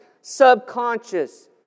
subconscious